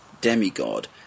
demigod